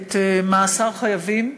מאסר חייבים,